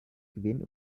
gewinn